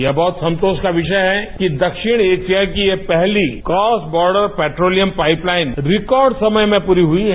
यह बहत संतोष का विषय है कि दक्षिण एशिया की यह पहली cross border petroleum pipe line record समय में पूरी हुई है